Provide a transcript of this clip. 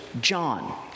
John